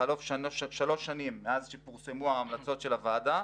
בחלוף שלוש שנים מאז שפורסמו ההמלצות של הוועדה,